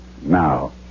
Now